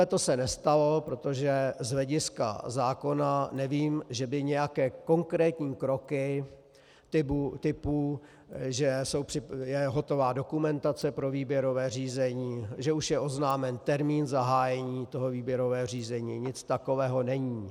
Tohle se nestalo, protože z hlediska zákona nevím, že by nějaké konkrétní kroky typu, že je hotová dokumentace pro výběrové řízení, že už je oznámen termín zahájení výběrového řízení, nic takového není.